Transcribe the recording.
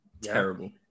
Terrible